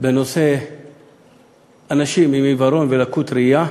בנושא אנשים עם עיוורון ולקות ראייה